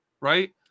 right